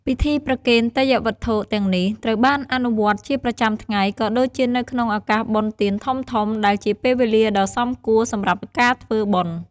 ពិធីប្រគេនទេយ្យវត្ថុទាំងនេះ ត្រូវបានអនុវត្តជាប្រចាំថ្ងៃ ក៏ដូចជានៅក្នុងឱកាសបុណ្យទានធំៗ ដែលជាពេលវេលាដ៏សមគួរសម្រាប់ការធ្វើបុណ្យ។